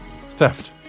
Theft